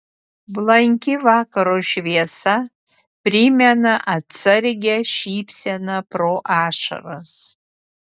blanki vakaro šviesa primena atsargią šypseną pro ašaras